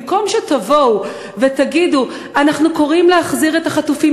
במקום שתבואו ותגידו: אנחנו קוראים להחזיר את החטופים